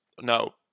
No